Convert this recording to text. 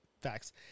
Facts